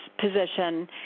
position